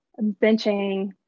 benching